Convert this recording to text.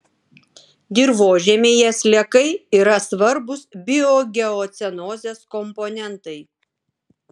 dirvožemyje sliekai yra svarbūs biogeocenozės komponentai